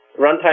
runtime